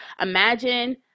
imagine